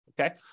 okay